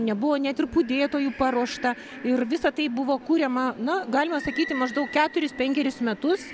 nebuvo net ir budėtojų paruošta ir visa tai buvo kuriama na galima sakyti maždaug keturis penkeris metus